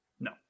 No